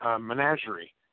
Menagerie